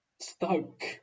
Stoke